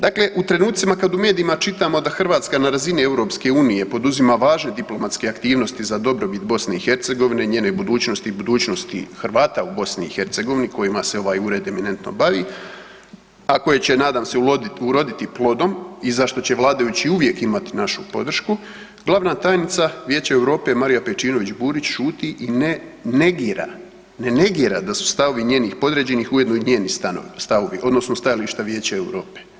Dakle, u trenucima kad u medijima čitamo da Hrvatska na razini EU poduzima važne diplomatske aktivnosti za dobrobit BiH, njene budućnosti i budućnosti Hrvata u BiH kojima se ovaj ured eminentno bavi, a koje će nadam se uroditi plodom i zašto će vladajući uvijek imati našu podršku, glavna tajnica Vijeća Europe Marija Pejčinović Burić šuti i ne ne negira, ne negira da su stavovi njenih podređenih ujedno i njeni stavovi odnosno stajališta Vijeća Europe.